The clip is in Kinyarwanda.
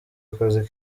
akazi